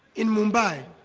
in mumbai,